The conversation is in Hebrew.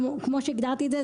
כמו שהגדרתי את זה,